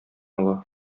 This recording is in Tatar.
ала